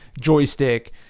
joystick